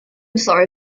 sorry